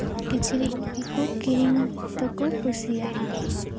ᱠᱤᱪᱨᱤᱡ ᱜᱮᱠᱚ ᱠᱤᱨᱤᱧ ᱫᱚᱠᱚ ᱠᱩᱥᱤᱭᱟᱜᱼᱟ